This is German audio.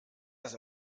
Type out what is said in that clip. das